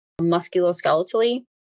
musculoskeletally